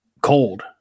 cold